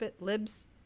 Libs